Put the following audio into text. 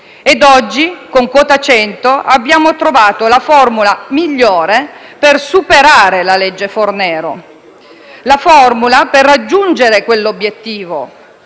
ed oggi, con quota 100, abbiamo trovato la formula migliore per superare la legge Fornero, la formula per raggiungere l'obiettivo